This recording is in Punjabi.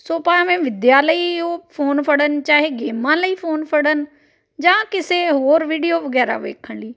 ਸੋ ਭਾਵੇਂ ਵਿੱਦਿਆ ਲਈ ਉਹ ਫੋਨ ਫੜਨ ਚਾਹੇ ਗੇਮਾਂ ਲਈ ਫੋਨ ਫੜਨ ਜਾਂ ਕਿਸੇ ਹੋਰ ਵੀਡੀਓ ਵਗੈਰਾ ਵੇਖਣ ਲਈ